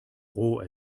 roh